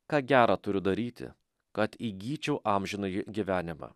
ką gero turiu daryti kad įgyčiau amžinąjį gyvenimą